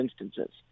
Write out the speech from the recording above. instances